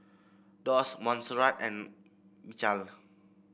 Doss Monserrat and Michal